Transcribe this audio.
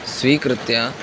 स्वीकृत्य